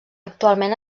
actualment